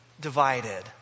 divided